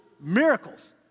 miracles